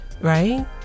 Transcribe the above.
right